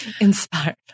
Inspired